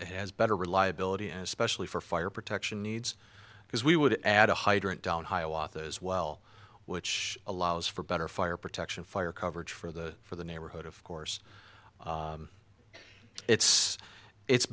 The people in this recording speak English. has better reliability especially for fire protection needs because we would add a hydrant down hiawatha as well which allows for better fire protection fire coverage for the for the neighborhood of course it's it's